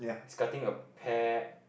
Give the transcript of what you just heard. he's cutting a pear